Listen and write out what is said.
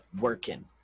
working